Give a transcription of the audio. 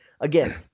again